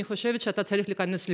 אני חושבת שאתה צריך להיכנס לבידוד,